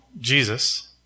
Jesus